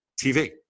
tv